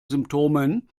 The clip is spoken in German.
symptomen